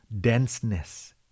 denseness